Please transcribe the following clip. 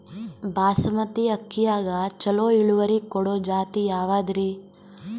ಬಾಸಮತಿ ಅಕ್ಕಿಯಾಗ ಚಲೋ ಇಳುವರಿ ಕೊಡೊ ಜಾತಿ ಯಾವಾದ್ರಿ?